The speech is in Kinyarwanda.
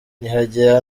ntihagira